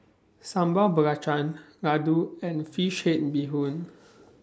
Sambal Belacan Laddu and Fish Head Bee Hoon